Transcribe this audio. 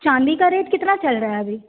चाँदी का रेट कितना चल रहा है अभी